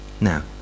Now